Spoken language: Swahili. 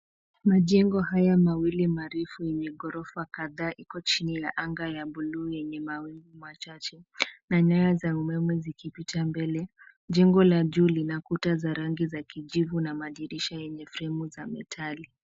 Majengo haya mawili marefu yenye ghorofa kadhaa iko chini ya anga ya buluu yenye mawingu machache, na nyaya za umeme zikipita mbele. Jengo na juu lina kuta za rangi za kijivu na madirisha yenye fremu za metali.